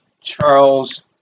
Charles